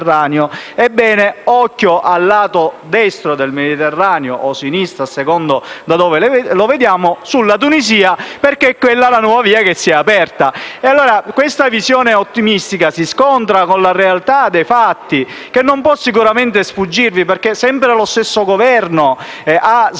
Ebbene, occhio al lato destro del Mediterraneo (o sinistro, a seconda da dove lo guardiamo), cioè alla Tunisia, perché è quella la nuova via che si è aperta. Allora, questa visione ottimistica si scontra con la realtà dei fatti, che non può sicuramente sfuggirvi, perché sempre lo stesso Governo ha svenduto